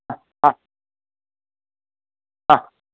हा हा